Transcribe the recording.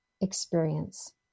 experience